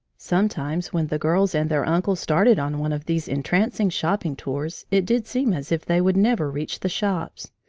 sometimes when the girls and their uncle started on one of these entrancing shopping tours, it did seem as if they would never reach the shops.